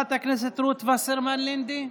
חברת הכנסת רות וסרמן לנדה,